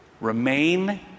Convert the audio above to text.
Remain